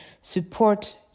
support